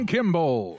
Kimball